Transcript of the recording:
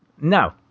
No